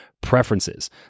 preferences